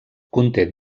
conté